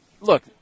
look